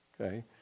Okay